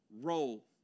roll